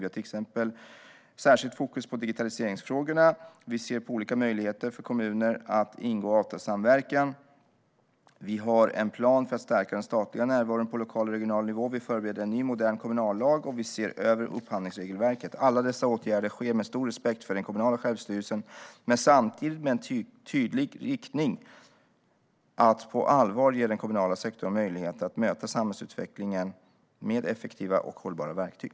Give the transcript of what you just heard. Vi har till exempel särskilt fokus på digitaliseringsfrågorna, vi ser på olika möjligheter för kommuner att ingå avtalssamverkan, vi har en plan för att stärka den statliga närvaron på lokal och regional nivå, vi förbereder en ny modern kommunallag och vi ser över upphandlingsregelverket. Alla dessa åtgärder vidtas med stor respekt för den kommunala självstyrelsen men samtidigt med en tydlig riktning att på allvar ge den kommunala sektorn möjlighet att möta samhällsutvecklingen med effektiva och hållbara verktyg.